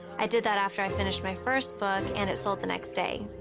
i did that after i finished my first book, and it sold the next day,